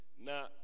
Now